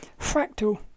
fractal